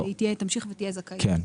היא תמשיך ותהיה זכאית להטבות.